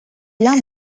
l’un